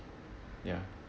ya